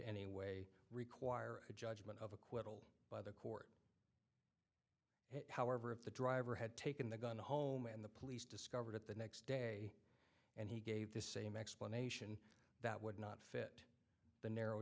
any way require a judgment of acquittal by the court however if the driver had taken the gun home and the police discovered it the next day and he gave the same explanation that would not fit the narrow